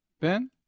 Ben